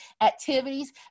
activities